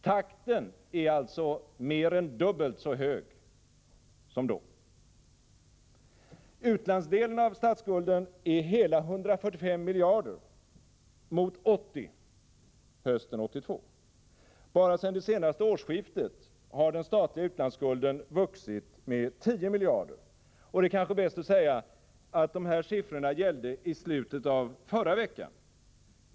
Takten är alltså mer än dubbelt så hög som då. Utlandsdelen av statsskulden är hela 145 miljarder mot 80 miljarder hösten 1982. Bara sedan det senaste årsskiftet har den statliga utlandsskulden vuxit med 10 miljarder. Det är kanske bäst att säga att dessa siffror gällde i slutet av förra veckan.